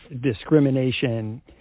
discrimination